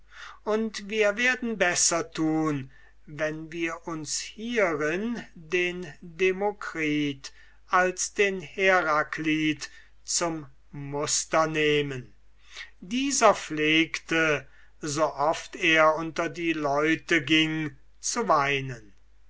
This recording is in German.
und wir werden besser tun wenn wir uns hierin den demokritus als den heraklitus zum muster nehmen dieser pflegte so oft er unter die leute ging zu weinen